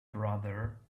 brother